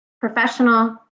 professional